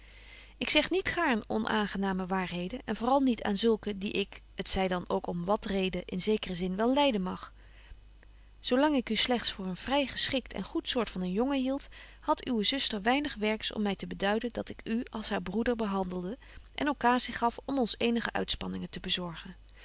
ik zeg niet gaarn onaangenaame waarheden en vooral niet aan zulken die ik t zy dan betje wolff en aagje deken historie van mejuffrouw sara burgerhart ook om wat reden in zekeren zin wel lyden mag zo lang ik u slegts voor een vry geschikt en goed soort van een jongen hield hadt uwe zuster weinig werks om my te beduiden dat ik u als haar broeder behandelde en occasie gaf om ons eenige uitspanningen te bezorgen